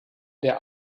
der